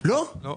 לא.